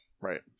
Right